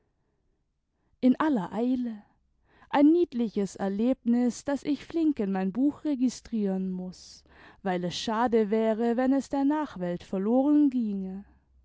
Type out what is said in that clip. in aller eile ein niedliches erlebnis das ich flink in mein buch registrieren muß weil es schade wäre wenn es der nachwelt verloren gge